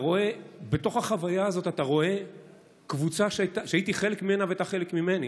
בתוך החוויה הזאת אתה רואה קבוצה שהייתי חלק ממנה והייתה חלק ממני